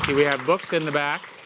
we have books in the back.